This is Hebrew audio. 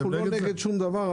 אנחנו לא נגד שום דבר,